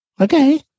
Okay